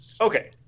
Okay